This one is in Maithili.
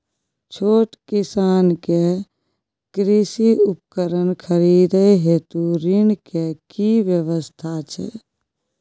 छोट किसान के कृषि उपकरण खरीदय हेतु ऋण के की व्यवस्था छै?